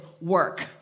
work